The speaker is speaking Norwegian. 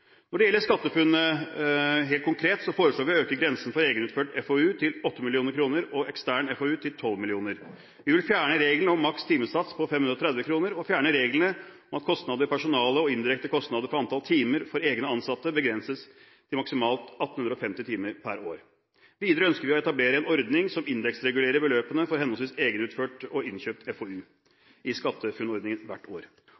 Når det gjelder SkatteFUNN helt konkret, foreslår vi å øke grensen for egenutført FoU til 8 mill. kr og ekstern FoU til 12 mill. kr. Vi vil fjerne regelen om maks timesats på 530 kr og fjerne reglene om at kostnader ved personale og indirekte kostnader for antall timer for egne ansatte er begrenset til maksimalt 1 850 timer per år. Videre ønsker vi å etablere en ordning som indeksregulerer beløpene for henholdsvis egenutført og innkjøpt FoU i SkatteFUNN-ordningen hvert år.